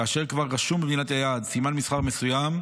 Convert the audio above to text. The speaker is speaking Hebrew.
כאשר כבר רשום במדינת היעד סימן מסחר מסוים,